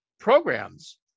programs